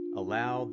allow